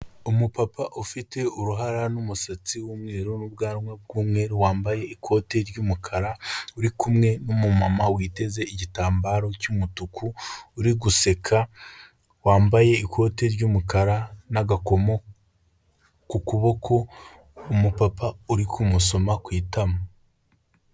Umu papa ufite uruhara n'umusatsi w'umweru n'ubwanwa bw'umweru wambaye ikoti ry'umukara uri kumwe n'umu mama witeze igitambaro cy'umutuku uri guseka wambaye ikote ry'umukara n'agakomo ku kuboko umu papa uri kumusoma ku itama.